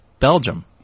Belgium